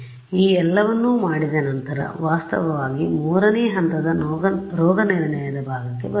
ಆದ್ದರಿಂದ ಈ ಎಲ್ಲವನ್ನೂ ಮಾಡಿದ ನಂತರ ವಾಸ್ತವವಾಗಿ 3 ನೇ ಹಂತದ ರೋಗನಿರ್ಣಯದ ಭಾಗಕ್ಕೆ ಬರುತ್ತೇವೆ